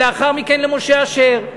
ולאחר מכן למשה אשר.